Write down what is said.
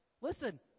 Listen